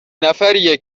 نفریه